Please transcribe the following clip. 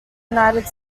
united